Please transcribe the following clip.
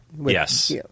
Yes